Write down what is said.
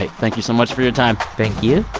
like thank you so much for your time thank you